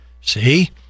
See